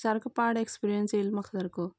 सारको पाड एक्सपिरयन्स येयलो म्हाका सारको